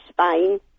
Spain